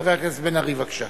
חבר הכנסת מיכאל בן-ארי, בבקשה.